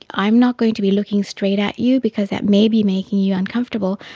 i'm not going to be looking straight at you because that may be making you uncomfortable.